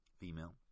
female